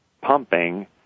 pumping